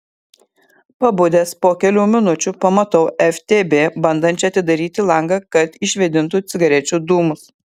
pabudęs po kelių minučių pamatau ftb bandančią atidaryti langą kad išvėdintų cigarečių dūmus